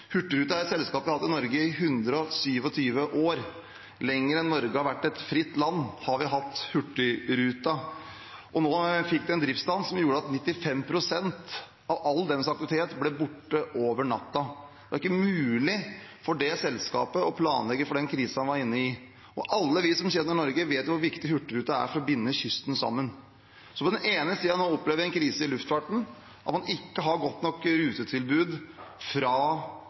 er et selskap vi har hatt i Norge i 127 år. Lenger enn Norge har vært et fritt land, har vi hatt Hurtigruten. Nå fikk de en driftsstans som gjorde at 95 pst. av all dens aktivitet ble borte over natta, og det var ikke mulig for det selskapet å planlegge for den krisen de er inne i. Alle vi som kjenner Norge, vet hvor viktig Hurtigruten er for å binde kysten sammen. Så på den ene siden har man opplevd en krise i luftfarten, der man ikke har et godt nok rutetilbud fra